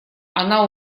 она